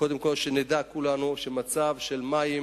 קודם כול, שנדע כולנו שמצב המים